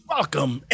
Welcome